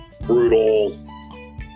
brutal